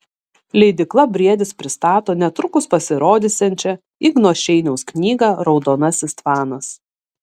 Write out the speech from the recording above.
leidykla briedis pristato netrukus pasirodysiančią igno šeiniaus knygą raudonasis tvanas